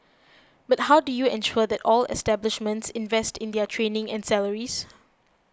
but how do you ensure that all establishments invest in their training and salaries